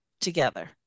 together